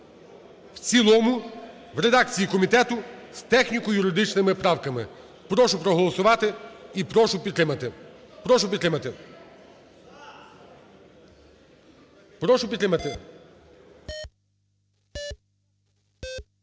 в цілому в редакції комітету з техніко-юридичними правками. Прошу проголосувати і прошу підтримати. Прошу підтримати.